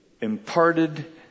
imparted